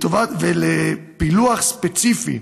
לפילוח ספציפי: